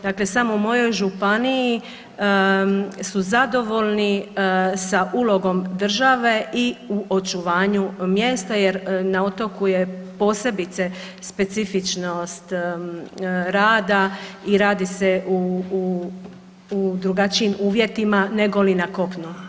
Dakle, samo u mojoj županiji su zadovoljni sa ulogom države i u očuvanju mjesta, jer na otoku je posebice specifičnost rada i radi se u drugačijim uvjetima negoli na kopnu.